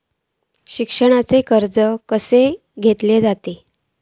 शिक्षणाचा कर्ज कसा घेऊचा हा?